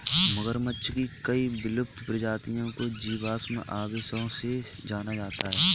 मगरमच्छ की कई विलुप्त प्रजातियों को जीवाश्म अवशेषों से जाना जाता है